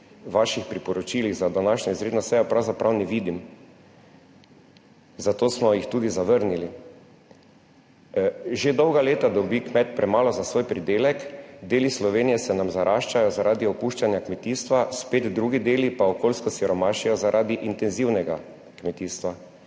vaših priporočilih za današnjo izredno sejo pravzaprav ne vidim, zato smo jih tudi zavrnili. Že dolga leta dobi kmet premalo za svoj pridelek, deli Slovenije se nam zaraščajo zaradi opuščanja kmetijstva, spet drugi deli pa okolijsko siromašijo zaradi intenzivnega kmetijstva,